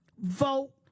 Vote